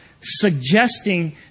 suggesting